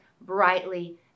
brightly